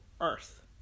Earth